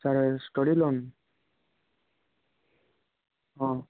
sir study loan ହଁ